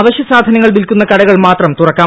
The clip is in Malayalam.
അവശ്യ സാധനങ്ങൾ വിൽക്കുന്ന കടകൾ മാത്രം തുറക്കാം